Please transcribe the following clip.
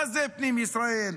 מה זה פנים ישראל?